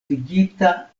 ligita